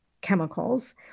chemicals